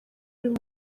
uyu